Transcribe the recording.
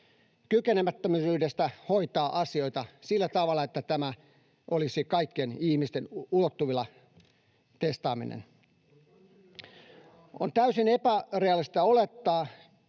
Kykenemättömyydestä hoitaa asioita sillä tavalla, että testaaminen olisi kaikkien ihmisten ulottuvilla. On täysin epärealistista olettaa,